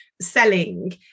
selling